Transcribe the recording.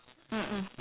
mm mm